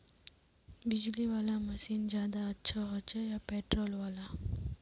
बिजली वाला मशीन ज्यादा अच्छा होचे या पेट्रोल वाला?